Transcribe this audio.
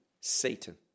Satan